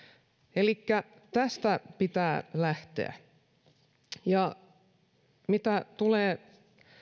elikkä tästä pitää lähteä mitä tulee